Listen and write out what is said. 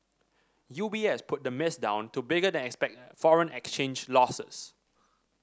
U B S put the miss down to bigger than expected foreign exchange losses